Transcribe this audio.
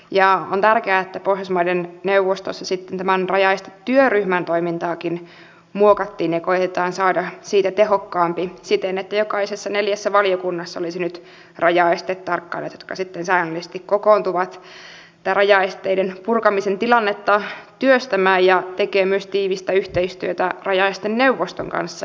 ja on tärkeää että pohjoismaiden neuvostossa tämän rajaestetyöryhmän toimintaakin muokattiin ja koetetaan saada siitä tehokkaampi siten että jokaisessa neljässä valiokunnassa olisi nyt rajaestetarkkailijat jotka sitten säännöllisesti kokoontuvat tätä rajaesteiden purkamisen tilannetta työstämään ja tekevät myös tiivistä yhteistyötä rajaesteneuvoston kanssa